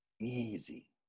Easy